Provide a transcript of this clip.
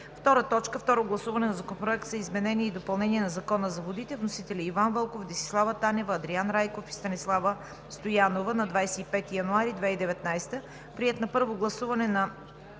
продължение. 2. Второ гласуване на Законопроекта за изменение и допълнение на Закона за водите. Вносители: Иван Вълков, Десислава Танева, Андриан Райков и Станислава Стоянова, 25 януари 2019 г. Приет на първо гласуване на